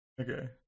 Okay